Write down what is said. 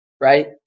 Right